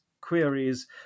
queries